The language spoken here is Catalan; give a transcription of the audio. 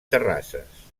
terrasses